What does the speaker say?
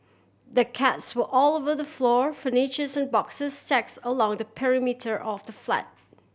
the cats were all over the floor furnitures and boxes stacks along the perimeter of the flat